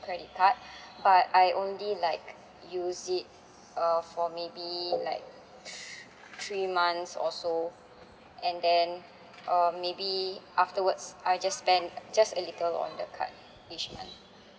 credit card but I only like use it uh for maybe like thr~ three months also and then um maybe afterwards I just spend just a little on the card each month